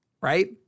Right